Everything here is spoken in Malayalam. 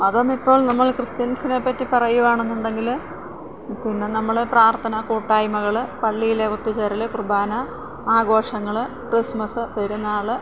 മതം എന്ന് ഇപ്പോള് നമ്മള് ക്രിസ്ത്യന്സിനെപ്പറ്റി പറയുകയാണ് എന്നുണ്ടെങ്കിൽ പിന്നെ നമ്മൾ പ്രാര്ത്ഥന കൂട്ടായ്മകൾ പള്ളിയിലെ ഒത്തുചേരൽ കുർബാന ആഘോഷങ്ങൾ ക്രിസ്മസ് പെരുന്നാൾ